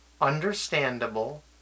understandable